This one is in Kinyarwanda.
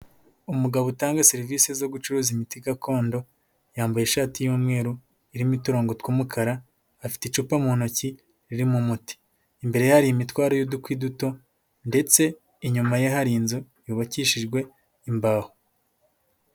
Umugabo utanga serivisi zo gucuruza imiti gakondo, yambaye ishati y'umweru irimo iturongongo tw'umukara, afite icupa mu ntoki ririmo umuti. Imbere ye hari imitwaro y'udukwi duto ndetse inyuma ye hari inzu yubakishijwe imbaho.